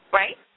right